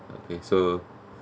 okay so